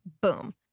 boom